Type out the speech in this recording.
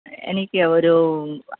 എനിക്ക് ഒരു